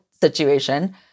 situation